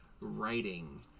writing